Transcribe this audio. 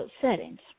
settings